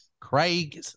Craig